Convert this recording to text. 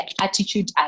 attitude